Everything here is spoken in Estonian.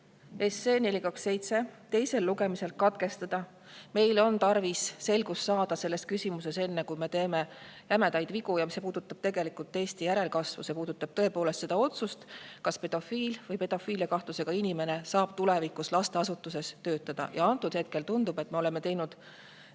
SE 427 teine lugemine katkestada. Meil on tarvis saada selgust selles küsimuses, enne kui me teeme jämedaid vigu. See puudutab tegelikult Eesti järelkasvu ja tõepoolest ka seda otsust, kas pedofiil või pedofiiliakahtlusega inimene saab tulevikus lasteasutuses töötada. Ja antud hetkel tundub, et me oleme teinud